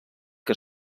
que